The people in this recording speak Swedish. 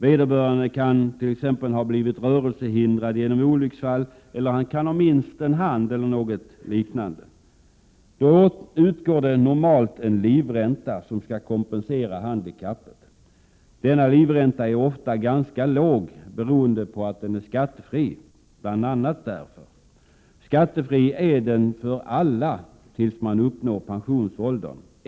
Vederbörande kan t.ex. ha blivit rörelsehindrade genom olycksfall eller mist en hand eller något liknande. Då utgår normalt en livränta som skall kompensera handikappet. Denna är ofta ganska låg, delvis beroende på att den är skattefri. Skattefri är den för alla, tills man uppnår pensionsåldern.